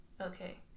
Okay